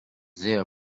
their